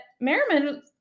Merriman